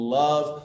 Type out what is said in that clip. love